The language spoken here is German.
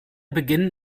beginn